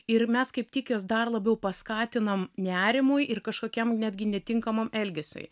ir mes kaip tik juos dar labiau paskatinam nerimui ir kažkokiam netgi netinkamam elgesiui